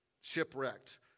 shipwrecked